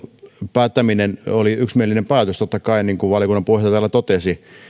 päättäminen oli yksimielinen päätös totta kai niin kuin valiokunnan puheenjohtaja täällä totesi